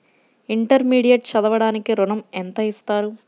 Intermediate చదవడానికి ఋణం ఎంత ఇస్తారు?